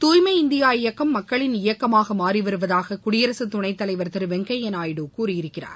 தூய்மை இந்தியா இயக்கம் மக்களின் இயக்கமாக மாறிவருவதாக குடியரசுத் துணை தலைவர் திரு வெங்கைய்யா நாயுடு கூறியிருக்கிறார்